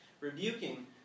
rebuking